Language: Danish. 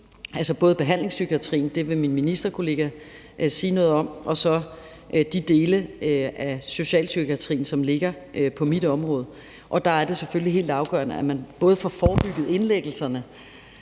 altså både behandlingspsykiatrien – det vil min ministerkollega sige noget om – og de dele af socialpsykiatrien, som ligger på mit område, og der er det selvfølgelig helt afgørende, at man både får forebygget indlæggelserne,